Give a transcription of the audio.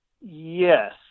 Yes